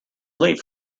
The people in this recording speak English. late